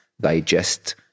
digest